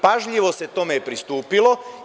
Pažljivo se tome pristupilo.